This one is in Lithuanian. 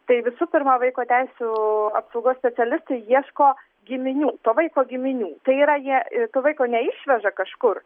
tai visų pirma vaiko teisių apsaugos specialistai ieško giminių to vaiko giminių tai yra jie to vaiko neišveža kažkur